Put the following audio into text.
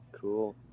Cool